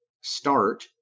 start